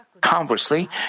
Conversely